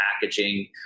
packaging